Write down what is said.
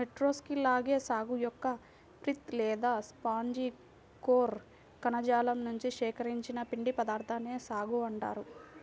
Metroxylon సాగు యొక్క pith లేదా స్పాంజి కోర్ కణజాలం నుండి సేకరించిన పిండి పదార్థాన్నే సాగో అంటారు